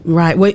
right